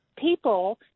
people